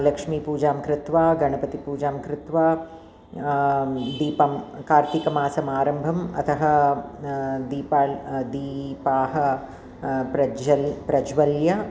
लक्ष्मीपूजां कृत्वा गणपतीपूजां कृत्वा दीपं कार्तिकमासम् आरम्भम् अतः दीपाल् दीपाः प्रज्जल् प्रज्वाल्य